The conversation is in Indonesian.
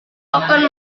akan